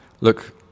Look